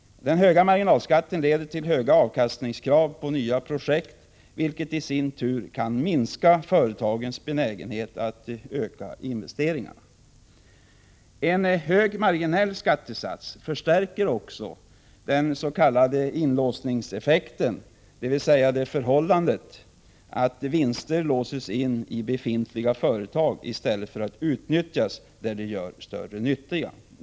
Den höga marginalskatten leder till höga avkastningskrav på nya projekt, vilket i sin tur kan minska företagens benägenhet att öka investeringarna. En hög marginell skattesats förstärker också den s.k. inlåsningseffekten, dvs. det förhållandet att vinster låses in i befintliga företag i stället för att utnyttjas där de gör större nytta.